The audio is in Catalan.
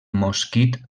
mosquit